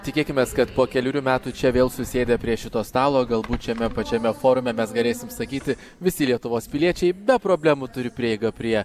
tikėkimės kad po kelerių metų čia vėl susėdę prie šito stalo galbūt šiame pačiame forume mes galėsim sakyti visi lietuvos piliečiai be problemų turi prieigą prie